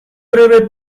breve